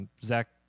Zach